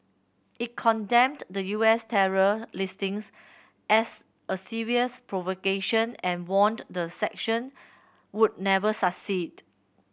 it condemned the U S terror listings as a serious provocation and warned the sanction would never succeed